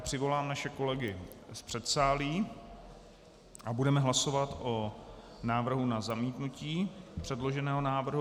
Přivolám naše kolegy z předsálí a budeme hlasovat o návrhu na zamítnutí předloženého návrhu.